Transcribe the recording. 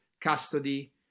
custody